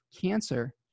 Cancer